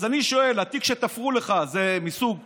אז אני שואל: התיק שתפרו לך זה מהפירמה